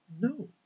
No